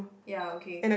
ya okay